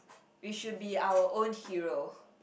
it should be our own hero